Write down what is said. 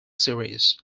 series